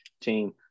team